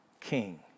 king